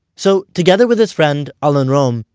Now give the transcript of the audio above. so together with his friend alon rom,